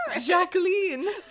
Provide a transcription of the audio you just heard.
Jacqueline